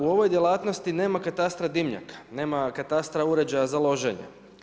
U ovoj djelatnosti nema katastra dimnjaka, nema katastra uređaja za loženje.